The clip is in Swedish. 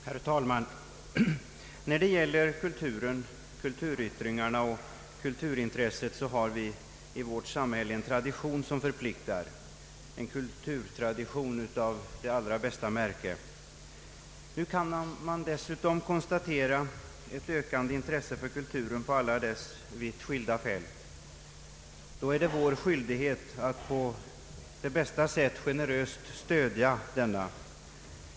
Herr talman! När det gäller kulturen, kulturyttringarna och kulturintresset har vi i vårt samhälle en tradition som förpliktar — en kulturtradition av det allra bästa märke. Man kan dessutom konstatera ett ökande intresse för kulturen på alla dess vitt skilda fält. Då är det vår skyldighet att på bästa sätt generöst stödja denna.